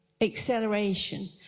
acceleration